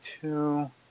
two